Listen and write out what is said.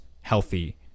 healthy